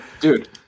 Dude